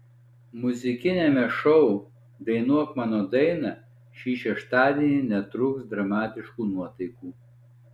muzikiniame šou dainuok mano dainą šį šeštadienį netrūks dramatiškų nuotaikų